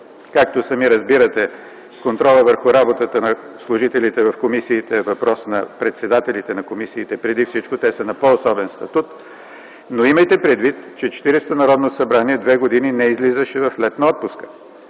Както сами разбирате, контролът върху работата на служителите в комисиите е въпрос на председателите на комисиите. Преди всичко, те са с пò особен статут. Но имайте предвид, че 40-то Народно събрание две години не излизаше в летен отпуск,